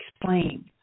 explain